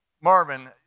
Marvin